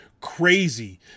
crazy